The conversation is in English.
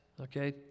okay